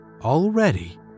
already